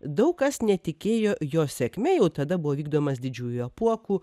daug kas netikėjo jo sėkme jau tada buvo vykdomas didžiųjų apuokų